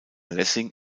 lessing